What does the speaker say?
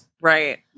Right